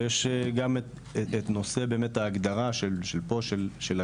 ויש גם את נושא ההגדרה של הגליל,